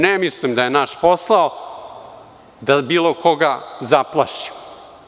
Ne mislim da je naš posao da bilo koga zaplašimo.